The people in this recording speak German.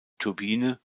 turbine